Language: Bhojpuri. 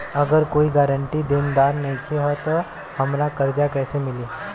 अगर कोई गारंटी देनदार नईखे त हमरा कर्जा कैसे मिली?